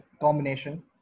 combination